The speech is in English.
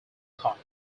thought